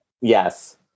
Yes